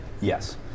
Yes